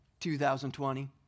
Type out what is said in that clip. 2020